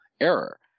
error